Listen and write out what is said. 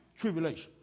tribulation